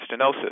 stenosis